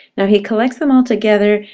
now he collects them all together,